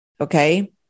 okay